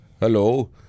hello